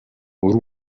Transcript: por